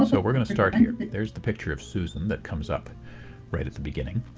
so, we're going to start here. there's the picture of susan that comes up right at the beginning.